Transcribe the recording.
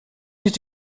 les